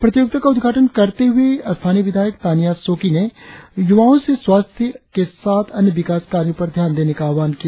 प्रतियोगिता का उद्घाटन करने हुए स्थानीय विधायक तानिया सोकी ने यूवाओ से स्वास्थ्य के साथ अन्य विकास कार्यों पर ध्यान देने का आह्वान किया